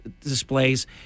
displays